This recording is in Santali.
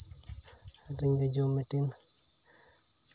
ᱟᱨ ᱤᱧ ᱫᱚ ᱡᱩᱢ ᱢᱤᱴᱤᱝ